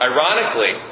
Ironically